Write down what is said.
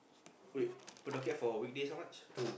wait per docket for weekday is how much